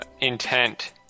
intent